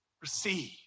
receive